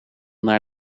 naar